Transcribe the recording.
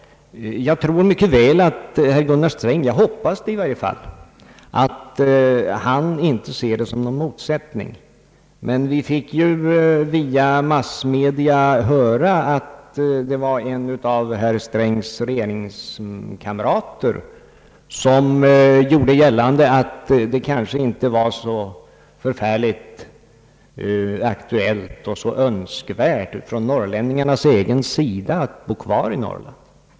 Jag tror säkert att herr Gunnar Sträng — jag hoppas det i varje fall — inte anser att det inte finns någon motsättning härvidlag. Men via massmedia har vi fått höra en av herr Strängs regeringskamrater göra gällande att det inte skulle vara så speciellt aktuellt och önskvärt för norrlänningarna själva att bo kvar i Norrland.